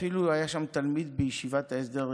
אפילו היה שם תלמיד בישיבת ההסדר,